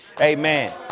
Amen